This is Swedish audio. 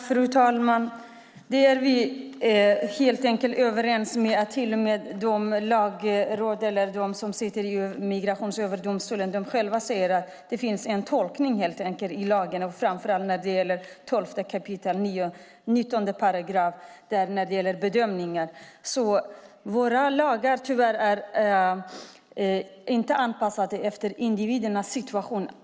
Fru talman! Vi är helt överens med Lagrådet och dem som sitter i Migrationsöverdomstolen; de säger själva att det helt enkelt finns en tolkning i lagen framför allt när det gäller 12 kap. 19 § när det gäller bedömningen. Våra lagar är tyvärr inte anpassade efter individernas situation.